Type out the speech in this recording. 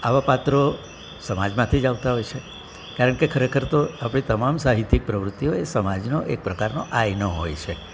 આવાં પાત્રો સમાજમાંથી જ આવતાં હોય છે કારણ કે ખરેખર તો આપણી તમામ સાહિત્યિક પ્રવૃત્તિઓ એ સમાજનો એક પ્રકારનો આઈનો હોય છે